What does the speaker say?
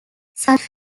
such